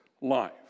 life